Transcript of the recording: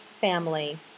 family